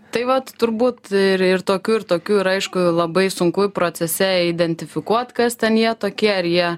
tai vat turbūt ir ir tokių ir tokių yra aišku labai sunku procese identifikuot kas ten jie tokie ar jie